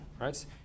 right